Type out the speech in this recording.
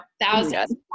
thousands